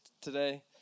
today